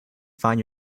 find